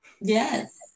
yes